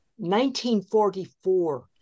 1944